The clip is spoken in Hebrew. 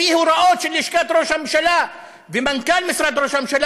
לפי הוראות של לשכת ראש הממשלה ומנכ"ל משרד ראש הממשלה,